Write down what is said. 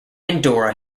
andorra